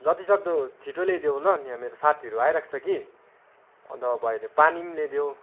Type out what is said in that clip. जति सक्दो छिट्टो ल्याइदेऊ ल यहाँ मेरो साथीहरू आइरहेको छ कि अन्त भयो भने पानी पनि ल्याइदेऊ